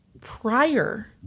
Prior